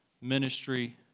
ministry